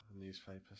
Newspapers